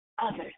others